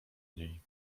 niej